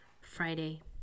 Friday